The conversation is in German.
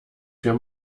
für